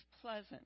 pleasant